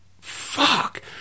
fuck